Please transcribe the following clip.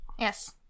yes